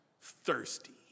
Thirsty